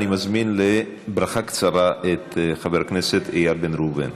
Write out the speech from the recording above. אני מזמין לברכה קצרה את חבר הכנסת איל בן ראובן.